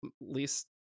least